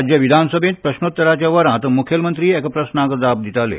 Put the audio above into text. राज्य विधानसभेंत प्रस्नोत्तराच्या वरांत मुखेलमंत्री एका प्रस्नाक जाप दिताले